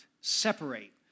separate